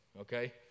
okay